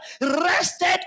rested